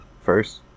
first